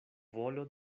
volo